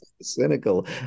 cynical